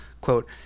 quote